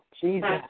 Jesus